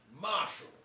Marshall